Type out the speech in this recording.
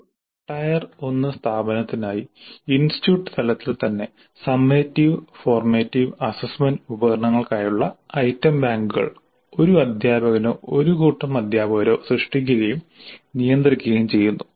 ഒരു ടയർ 1 സ്ഥാപനത്തിനായി ഇൻസ്റ്റിറ്റ്യൂട്ട് തലത്തിൽ തന്നെ സമ്മേറ്റിവ് ഫോർമാറ്റീവ് അസസ്മെന്റ് ഉപകരണങ്ങൾക്കായുള്ള ഐറ്റം ബാങ്കുകൾ ഒരു അധ്യാപകനോ ഒരു കൂട്ടം അധ്യാപകരോ സൃഷ്ടിക്കുകയും നിയന്ത്രിക്കുകയും ചെയ്യുന്നു